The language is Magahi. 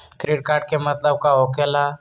क्रेडिट कार्ड के मतलब का होकेला?